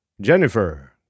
Jennifer